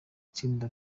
itsinda